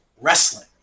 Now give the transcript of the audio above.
wrestling